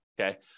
Okay